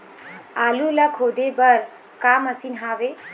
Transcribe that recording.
आलू ला खोदे बर का मशीन हावे?